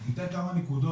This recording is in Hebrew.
אני אתן כמה נקודות,